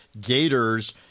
Gators